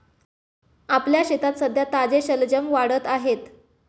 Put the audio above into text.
आपल्या शेतात सध्या ताजे शलजम वाढत आहेत